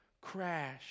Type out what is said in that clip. crash